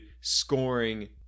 scoring